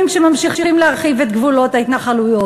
כשממשיכים להרחיב את גבולות ההתנחלויות?